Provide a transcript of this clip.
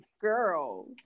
girl